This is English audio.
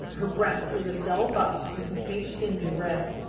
her breast was a dull buff with a faint tinge of red.